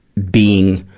being,